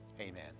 amen